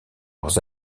leurs